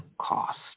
cost